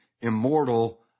immortal